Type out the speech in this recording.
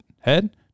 head